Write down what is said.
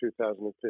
2015